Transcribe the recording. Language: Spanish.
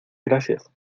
gracias